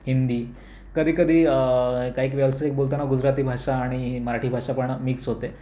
हिंदी कधी कधी काहीक व्यावसायिक बोलताना गुजराती भाषा आणि मराठी भाषा पण मिक्स होते